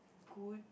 good